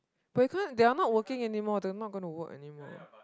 but you can't they are not working anymore they not gonna to work anymore